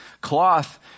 cloth